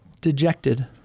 dejected